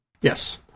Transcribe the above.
Yes